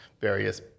various